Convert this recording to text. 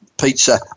Pizza